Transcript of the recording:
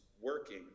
working